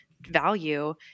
value